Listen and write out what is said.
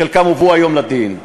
חלקם הובאו היום לדין,